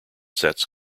sets